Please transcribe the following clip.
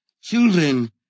Children